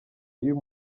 yuyu